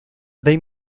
they